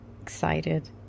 excited